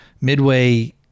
Midway